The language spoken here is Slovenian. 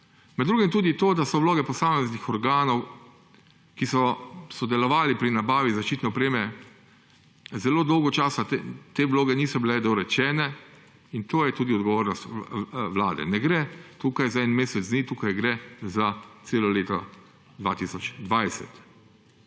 Med drugim tudi to, da vloge posameznih organov, ki so sodelovali pri nabavi zaščitne opreme, zelo dolgo časa niso bile dorečene, in to je tudi odgovornost Vlade. Ne gre tukaj za en mesec dni, tukaj gre za celo leto 2020.